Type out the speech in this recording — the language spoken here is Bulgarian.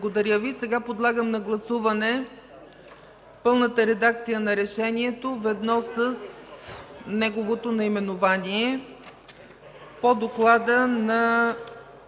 Сега поставям на гласуване пълната редакция на решението ведно с неговото наименование